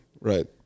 Right